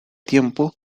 tiempo